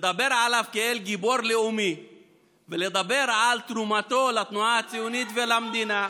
לדבר עליו כעל גיבור לאומי ולדבר על תרומתו לתנועה הציונית ולמדינה,